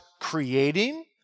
creating